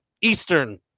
Eastern